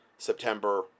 September